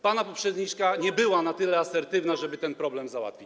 Pana poprzedniczka nie była na tyle asertywna, żeby ten problem załatwić.